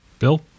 Bill